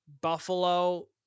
Buffalo